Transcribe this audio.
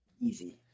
Easy